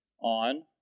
on